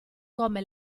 come